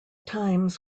times